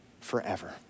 forever